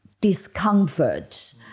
discomfort